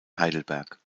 heidelberg